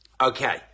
Okay